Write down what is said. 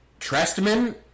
Trestman